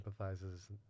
empathizes